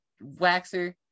waxer